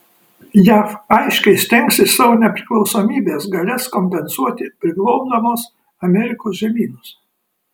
jav aiškiai stengsis savo nepriklausomybės galias kompensuoti priglobdamos amerikos žemynus